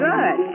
Good